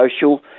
social